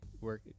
work